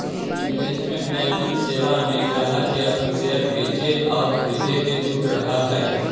investment banking सेवा में ग्राहक के अपन शेयर बेचे आउ खरीदे के छूट रहऽ हइ